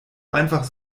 einfach